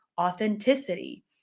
authenticity